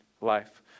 life